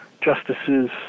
justices